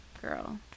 girl